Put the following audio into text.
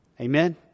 Amen